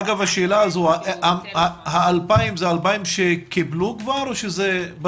אגב ה-2,000 זה אלה שקיבלו כבר או אלה שבטיפול?